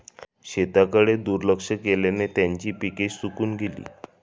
शेताकडे दुर्लक्ष केल्याने त्यांची पिके सुकून गेली